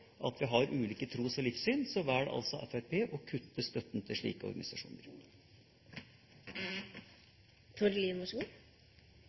at vi har ulike tros- og livssyn, velger altså Fremskrittspartiet å kutte støtten til slike organisasjoner.